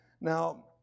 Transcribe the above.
Now